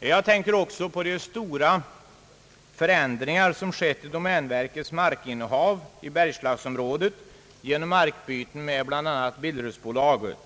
Jag tänker också på de stora förändringar som har skett i domänverkets markinnehav i bergslagsområdet genom markbyten med bl.a. Billerudsbolaget.